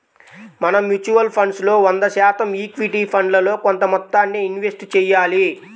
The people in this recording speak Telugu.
మనం మ్యూచువల్ ఫండ్స్ లో వంద శాతం ఈక్విటీ ఫండ్లలో కొంత మొత్తాన్నే ఇన్వెస్ట్ చెయ్యాలి